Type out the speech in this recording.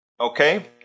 Okay